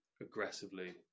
aggressively